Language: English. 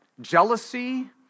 jealousy